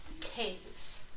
Caves